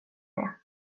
det